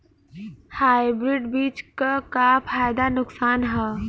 Hybrid बीज क का फायदा नुकसान ह?